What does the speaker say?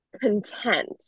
content